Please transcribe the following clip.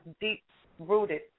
deep-rooted